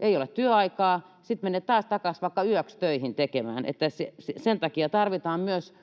Ei ole työaikaa, sitten menet taas takaisin vaikka yöksi töihin tekemään. Sen takia tarvitaan myös